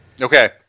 Okay